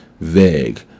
vague